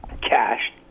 cash